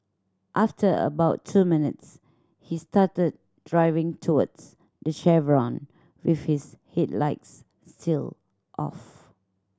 after about two minutes he started driving towards the chevron with his headlights still off